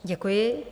Děkuji.